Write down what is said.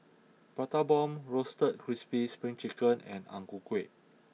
Prata Bomb Roasted Crispy Spring Chicken and Ang Ku Kueh